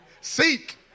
Seek